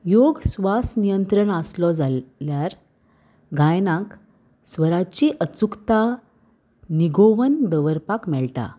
योग स्वास नियंत्रण आसलो जाल्यार गायनाक स्वराची अचुकता निगोवन दवरपाक मेळटा